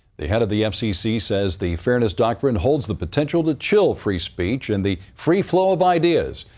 the head of the fcc says the fairness doctrine holds the potential to chill free speech and the free flow of ideas.